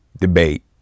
debate